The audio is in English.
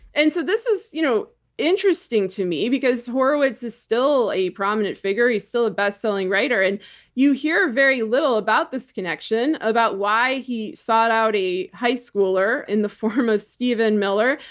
and so this is you know interesting to me, because horowitz is still a prominent figure. he's still a bestselling writer. and you hear very little about this connection, about why he sought out a high schooler in the form of stephen miller,